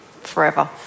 forever